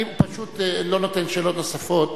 אני לא נותן שאלות נוספות,